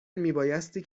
میبایستی